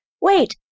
Wait